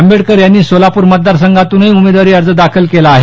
आंबेडकर यांनी सोलापूर मतदार संघातूनही उमेदवारी अर्ज दाखल केला आहे